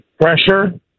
pressure